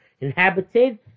inhabited